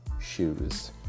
shoes